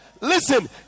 Listen